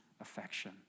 affection